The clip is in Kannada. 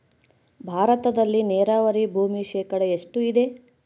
ಭಾರತದಲ್ಲಿ ನೇರಾವರಿ ಭೂಮಿ ಶೇಕಡ ಎಷ್ಟು ಇದೆ?